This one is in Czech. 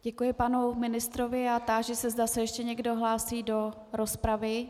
Děkuji panu ministrovi a táži se, zda se ještě někdo hlásí do rozpravy.